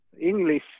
English